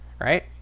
right